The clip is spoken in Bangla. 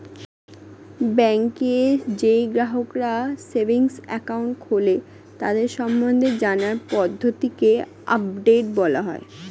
ব্যাংকে যেই গ্রাহকরা সেভিংস একাউন্ট খোলে তাদের সম্বন্ধে জানার পদ্ধতিকে আপডেট বলা হয়